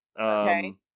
okay